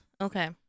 Okay